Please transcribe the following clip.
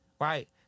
right